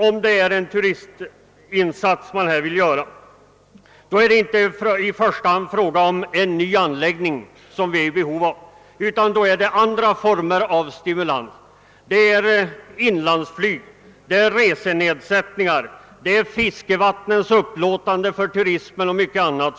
Om det är en turistinsats som motionärerna åsyftar vill jag säga, att vi inte i första hand är i behov av någon ny anläggning utan i stället andra former av stimulans, såsom inlandsflygplats, taxenedsättningar på flygresor, upplåtande av fiskevatten för turismen och mycket annat.